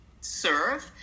serve